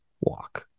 walk